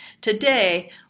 Today